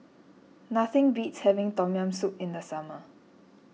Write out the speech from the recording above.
nothing beats having Tom Yam Soup in the summer